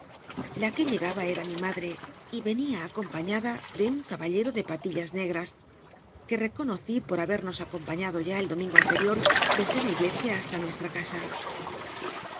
la que llegaba era mi madre v ren ia acompaiiada de un l'aballero í loi habemos de patillas ns que reconoc acompaiiado ya el domingo anterior desde la iglesia basta nuestra casa